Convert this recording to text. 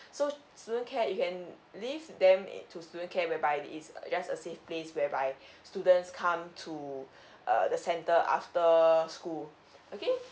so student care you can leave them it to student care whereby is uh just a safe place whereby students come to err the centre after school okay